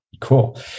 Cool